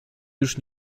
już